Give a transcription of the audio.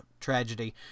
Tragedy